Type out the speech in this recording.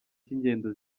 cy’ingendo